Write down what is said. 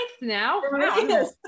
now